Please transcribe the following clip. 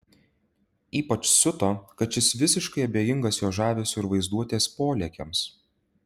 ypač siuto kad šis visiškai abejingas jo žavesiui ir vaizduotės polėkiams